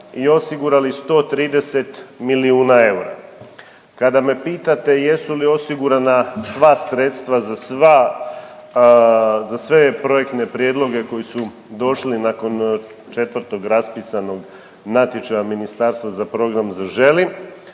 i osigurali 130 milijuna eura. Kada me pitate jesu li osigurana sva sredstva za sva, za sve projektne prijedloge koji su došli nakon četvrtog raspisanog natječaja ministarstva za program Zaželi,